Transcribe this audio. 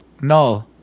Null